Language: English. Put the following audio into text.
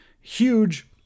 huge